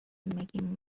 making